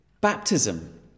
Baptism